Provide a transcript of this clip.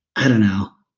i don't know